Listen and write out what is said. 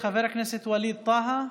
חבר הכנסת ווליד טאהא,